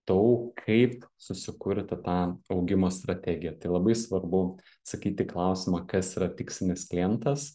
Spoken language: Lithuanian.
tau kaip susikurti tą augimo strategiją tai labai svarbu atsakyti į klausimą kas yra tikslinis klientas